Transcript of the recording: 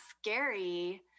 scary